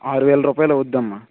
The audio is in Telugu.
ఆరువేల రూపాయలు అవుతుంది అమ్మా